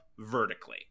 Vertically